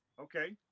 Okay